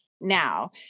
now